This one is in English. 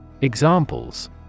Examples